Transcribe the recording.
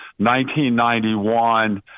1991